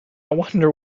wonder